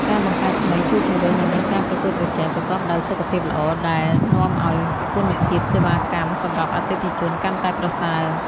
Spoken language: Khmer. ការបង្កើតថ្មីជួយជំរុញឱ្យមានការប្រកួតប្រជែងប្រកបដោយសុខភាពល្អ ដែលនាំឱ្យគុណភាពសេវាកម្មសម្រាប់អតិថិជនកាន់តែប្រសើរ។